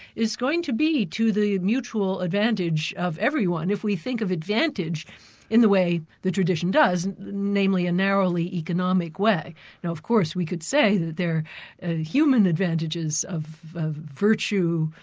is going to be to the mutual advantage of everyone, if we think of advantage in the way the tradition does, namely a narrowly economic way. and of course we could say the human advantages of of virtue,